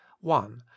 one